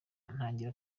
ntangira